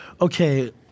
Okay